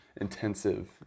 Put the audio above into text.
intensive